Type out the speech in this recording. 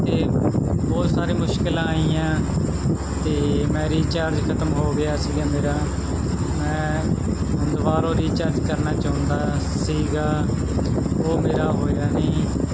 ਅਤੇ ਬਹੁਤ ਸਾਰੀਆਂ ਮੁਸ਼ਕਿਲਾਂ ਆਈਆਂ ਅਤੇ ਮੈਂ ਰੀਚਾਰਜ ਖਤਮ ਹੋ ਗਿਆ ਸੀਗਾ ਮੇਰਾ ਮੈਂ ਦੁਬਾਰਾ ਰੀਚਾਰਜ ਕਰਨਾ ਚਾਹੁੰਦਾ ਸੀਗਾ ਉਹ ਮੇਰਾ ਹੋਇਆ ਨਹੀਂ